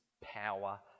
power